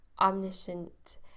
omniscient